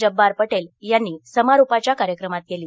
जब्बार पटेल यांनी समारोपाच्या कार्यक्रमात केली